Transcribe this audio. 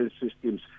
systems